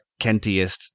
Kentiest